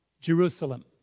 Jerusalem